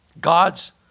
God's